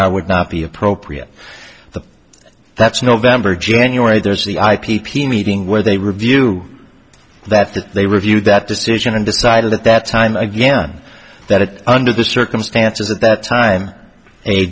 r would not be appropriate the that's november january there's the i p p meeting where they review that that they reviewed that decision and decided at that time again that under the circumstances at that time a